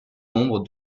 nombres